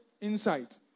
insight